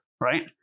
Right